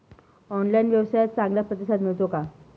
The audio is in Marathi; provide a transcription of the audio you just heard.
ऑनलाइन व्यवसायात चांगला प्रतिसाद मिळतो का?